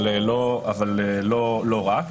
אבל לא רק.